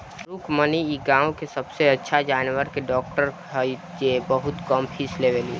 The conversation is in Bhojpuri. रुक्मिणी इ गाँव के सबसे अच्छा जानवर के डॉक्टर हई जे बहुत कम फीस लेवेली